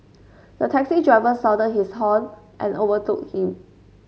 the taxi driver sounded his horn and overtook him